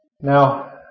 Now